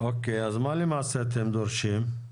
אז מה למעשה אתם דורשים?